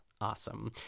awesome